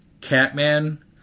Catman